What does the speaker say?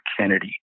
Kennedy